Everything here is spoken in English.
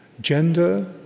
gender